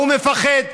ההוא מפחד.